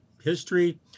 history